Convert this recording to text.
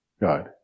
God